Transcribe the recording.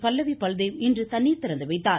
பல்லவி பல்தேவ் இன்று தண்ணீர் திறந்துவைத்தார்